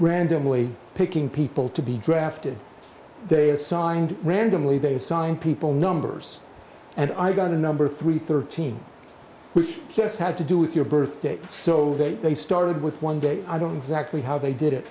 randomly picking people to be drafted they assigned randomly they assigned people numbers and i got a number three thirteen which just had to do with your birth date so they started with one day i don't zachary how they did it